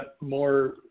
more